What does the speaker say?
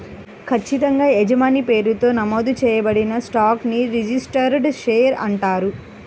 ఖచ్చితంగా యజమాని పేరుతో నమోదు చేయబడిన స్టాక్ ని రిజిస్టర్డ్ షేర్ అంటారు